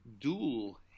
dual